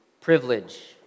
privilege